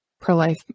pro-life